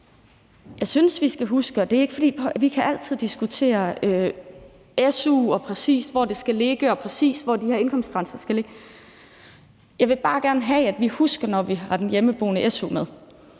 jeg normalt ville sige om mennesker. Vi kan altid diskutere su, og præcis hvor den skal ligge, og præcis hvor de her indkomstgrænser skal ligge, men jeg vil bare gerne have, at man husker, når vi har su'en til hjemmeboende med,